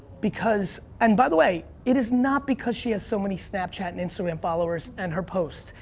because, and by the way, it is not because she has so many snapchat and instagram followers and her posts.